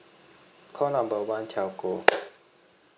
call number one telco